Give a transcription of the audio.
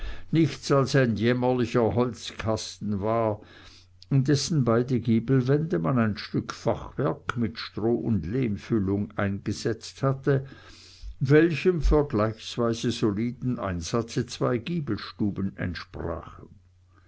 nichts als ein jämmerlicher holzkasten war in dessen beide giebelwände man ein stück fachwerk mit stroh und lehmfüllung eingesetzt hatte welchem vergleichsweise soliden einsatze zwei giebelstuben entsprachen